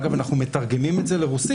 אגב, אנחנו מתרגמים את זה לרוסית.